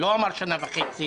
לא אמר שנה וחצי.